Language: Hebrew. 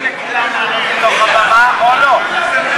או שנותנים לכולם לעלות לתוך הבמה או שלא.